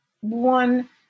one